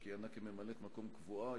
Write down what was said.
שכיהנה כממלאת-מקום קבועה,